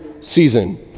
season